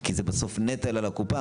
כי זה בסוף נטל על הקופה.